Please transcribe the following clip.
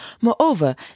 Moreover